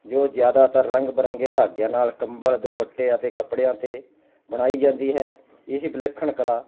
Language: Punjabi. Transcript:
ਜੋ ਜ਼ਿਆਦਾਤਰ ਰੰਗ ਬਰੰਗੇ ਧਾਗਿਆਂ ਨਾਲ ਕੰਬਲ ਦੁਪੱਟੇ ਅਤੇ ਕੱਪੜਿਆਂ 'ਤੇ ਬਣਾਈ ਜਾਂਦੀ ਹੈ ਇਹ ਵਿਲੱਖਣ ਕਲਾ